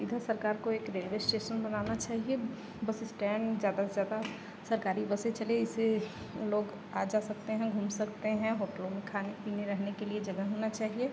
इधर सरकार को एक रेल्वे स्टेशन बनाना चाहिए बस स्टैन्ड ज़्यादा से ज़्यादा सरकारी बसें चले इससे लोग आ जा सकते हैं घूम सकते हैं होटलों में खाने पीने रहने के लिए जगह होना चाहिए